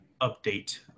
update